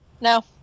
No